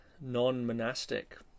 non-monastic